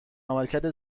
عملکرد